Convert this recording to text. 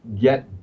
get